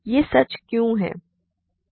यह सच क्यों है